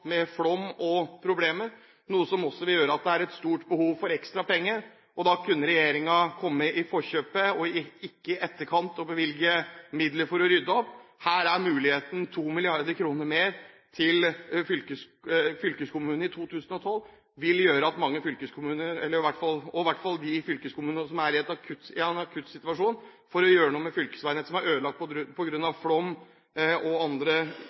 med flom og problemer, noe som vil gjøre at det er et stort behov for ekstra penger. Da kunne regjeringen kommet i forkjøpet – og ikke i etterkant – og bevilget midler for å rydde opp. Her er muligheten: 2 mrd. kr mer til fylkeskommunene i 2012 vil gjøre at mange fylkeskommuner – i hvert fall de fylkeskommunene som er i en akuttsituasjon – kan gjøre noe med fylkesveinettet som er ødelagt på grunn av flom og andre